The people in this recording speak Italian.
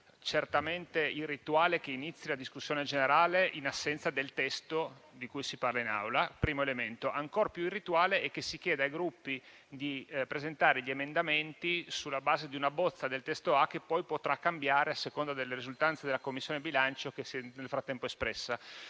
certamente irrituale che inizi la discussione generale in assenza del testo di cui si parla in Aula: questo è il primo elemento. Ancor più irrituale è che si chieda ai Gruppi di presentare gli emendamenti sulla base di una bozza del testo A, che poi potrà cambiare a seconda delle risultanze della Commissione bilancio che nel frattempo si è espressa.